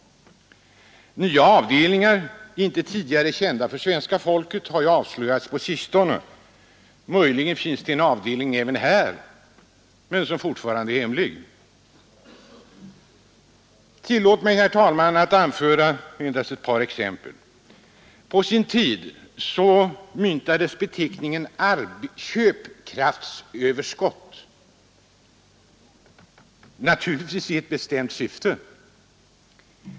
Nya avdelningar, inte tidigare kända för svenska folket, har avslöjats på sistone — även om det gäller andra sammanhang. Möjligen finns det en hemlig avdelning även här. Tillåt mig, herr talman, endast anföra några exempel. På sin tid myntades beteckningen ”köpkraftsöverskott” — naturligtvis i ett bestämt syfte.